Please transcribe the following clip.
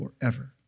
forever